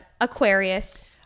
Aquarius